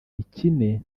ikine